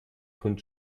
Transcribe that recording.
von